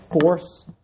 force